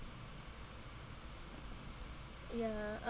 ya uh